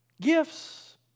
gifts